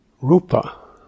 rupa